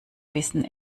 bissen